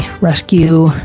rescue